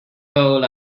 bold